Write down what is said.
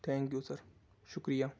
thank you sir شکریہ